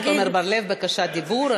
לחבר הכנסת עמר בר-לב בקשת דיבור.